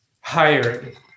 hired